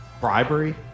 bribery